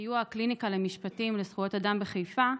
בסיוע הקליניקה המשפטית לזכויות אדם בחיפה,